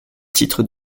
titres